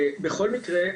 בכל מקרה,